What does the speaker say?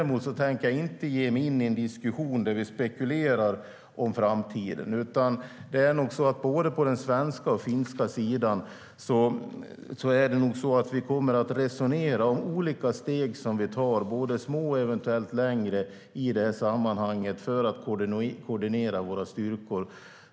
Men jag tänker inte ge mig in i en diskussion där vi spekulerar om framtiden. På både den svenska och finska sidan kommer vi nog att resonera om olika steg som vi tar - små och eventuellt längre - för att koordinera våra styrkor.